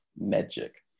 magic